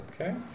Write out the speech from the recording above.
Okay